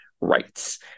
rights